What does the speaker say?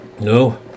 No